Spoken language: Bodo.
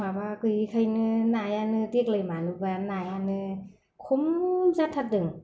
माबा गैयिखायनो नायानो देग्लाय मानोबा नायानो खम जाथारदों